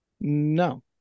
No